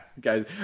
guys